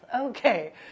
Okay